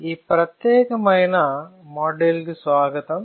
ఈ ప్రత్యేకమైన మాడ్యూల్కు స్వాగతం